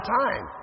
time